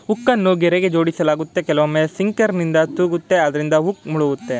ಹುಕ್ಕನ್ನು ಗೆರೆಗೆ ಜೋಡಿಸಲಾಗುತ್ತೆ ಕೆಲವೊಮ್ಮೆ ಸಿಂಕರ್ನಿಂದ ತೂಗುತ್ತೆ ಅದ್ರಿಂದ ಹುಕ್ ಮುಳುಗುತ್ತೆ